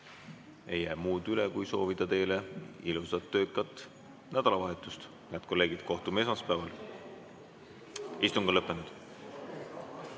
Ei jää üle muud kui soovida teile ilusat töökat nädalavahetust. Head kolleegid, kohtume esmaspäeval. Istung on lõppenud.